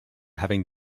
having